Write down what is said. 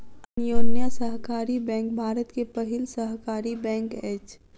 अन्योन्या सहकारी बैंक भारत के पहिल सहकारी बैंक अछि